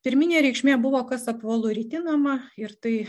pirminė reikšmė buvo kas apvalu ritinama ir tai